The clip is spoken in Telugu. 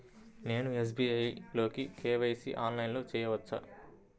నేను ఎస్.బీ.ఐ లో కే.వై.సి ఆన్లైన్లో చేయవచ్చా?